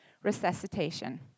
resuscitation